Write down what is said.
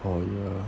好呀